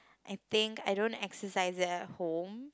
I think I don't exercise that at home